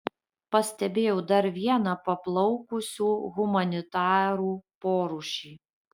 pastebėjau dar vieną paplaukusių humanitarų porūšį